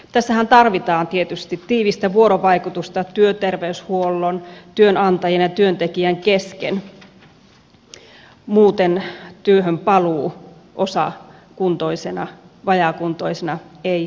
tässähän tarvitaan tietysti tiivistä vuorovaikutusta työterveyshuollon työnantajan ja työntekijän kesken muuten työhön paluu osakuntoisena vajaakuntoisena ei onnistu